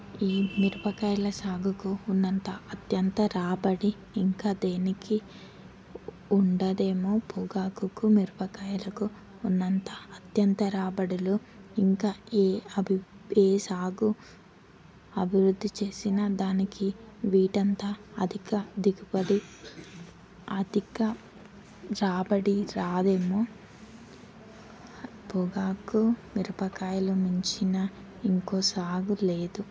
ఈ మిరపకాయల సాగుకు ఉన్నంత అత్యంత రాబడి ఇంకా దేనికి ఉండదేమో పొగాకు మిరపకాయలకు ఉన్నంత అత్యంత రాబడిలో ఇంకా ఏ అభి ఏ సాగు అభివృద్ధి చేసిన దానికి వీటి అంత అధిక దిగుబడి అధిక రాబడి రాదేమో పొగాకు మిరపకాయలు మించిన ఇంకో సాగు లేదు